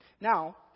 Now